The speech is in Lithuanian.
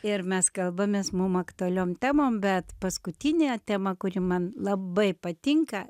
ir mes kalbamės mum aktualiom temom bet paskutinė tema kuri man labai patinka